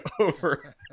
over